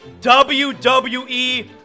WWE